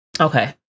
Okay